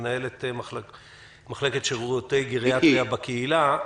מנהלת המחלקה לשירותי גריאטריה בקהילה.